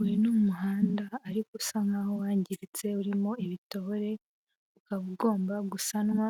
Uyu ni umuhanda ariko usa nk'aho wangiritse urimo ibitore, ukaba ugomba gusanwa,